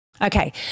Okay